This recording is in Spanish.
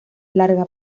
larga